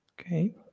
Okay